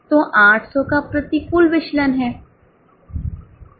तो 800 का प्रतिकूल विचलन है